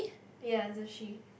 ya it's a she